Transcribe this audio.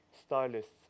stylists